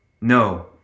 No